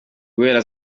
guhera